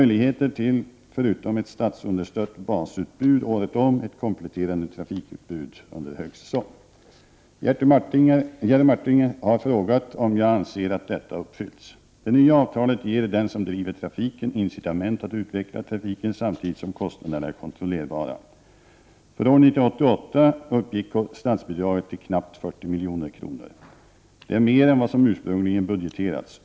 Jerry Martinger har frågat om jag anser att detta uppfyllts. Det nya avtalet ger den som driver trafiken incitament att utveckla trafiken samtidigt som kostnaderna är kontrollerbara. För år 1988 uppgick statsbidraget till knappt 40 milj.kr. Det är mer än vad som ursprungligen budgeterats.